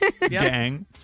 gang